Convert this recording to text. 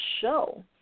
show